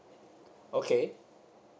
okay